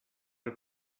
had